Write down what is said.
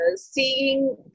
seeing